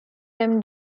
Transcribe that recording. them